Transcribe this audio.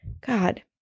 God